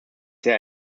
sehr